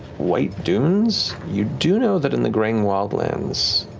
white dunes. you do know that in the greying wildlands,